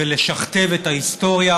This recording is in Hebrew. ולשכתב את ההיסטוריה,